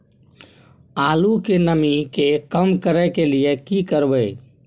आलू के नमी के कम करय के लिये की करबै?